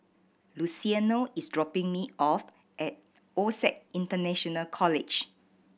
Luciano is dropping me off at OSAC International College